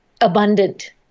abundant